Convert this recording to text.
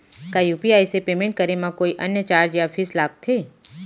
का यू.पी.आई से पेमेंट करे म कोई अन्य चार्ज या फीस लागथे?